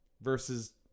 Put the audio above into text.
Versus